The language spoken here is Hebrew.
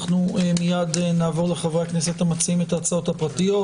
אנחנו מיד נעבור לחברי הכנסת המציעים את ההצעות הפרטיות.